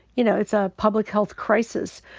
you know, it's a public health crisis.